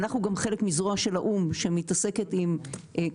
אנחנו גם חלק מזרוע של האו"ם שמתעסקת עם כל